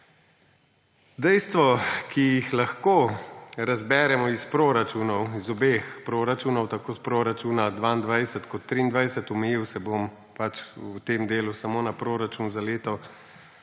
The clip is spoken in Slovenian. Dejstvo, ki ga lahko razberemo iz proračunov, iz obeh proračunov, tako iz proračuna 2022 kot 2023, omejil se bom v tem delu samo na proračun za leto